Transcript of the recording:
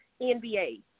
NBA